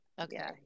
Okay